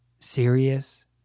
serious